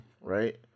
right